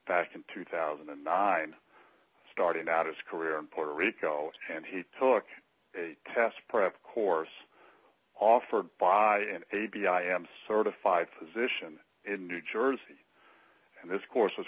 back in two thousand and nine started out his career in puerto rico and he took a test prep course offered by a b i am certified physician in new jersey and this course was